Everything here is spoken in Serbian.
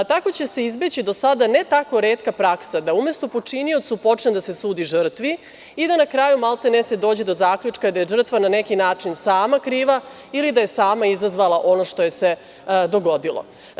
Tako će se izbeći do sada ne tako retka praksa da, umesto počiniocu, počne da se sudi žrtvi i da na kraju maltene se dođe do zaključka da je žrtva na neki način sama kriva ili da je sama izazvala ono što joj se dogodilo.